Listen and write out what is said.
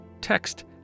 text